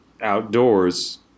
Outdoors